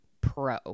pro